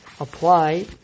apply